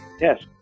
Yes